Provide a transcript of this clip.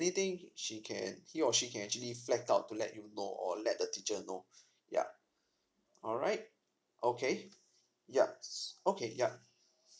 anything she can he or she can actually flat out out to let you know or let the teacher know yup alright okay yup okay yup